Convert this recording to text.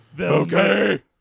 Okay